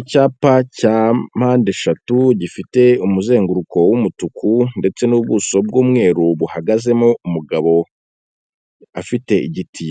Icyapa cya mpande eshatu gifite umuzenguruko w'umutuku, ndetse n'ubuso bw'umweru buhagazemo umugabo afite igiti